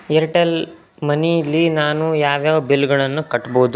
Airtel ಮನಿಲಿ ನಾನು ಯಾವ್ಯಾವ ಬಿಲ್ಗಳನ್ನು ಕಟ್ಬೋದು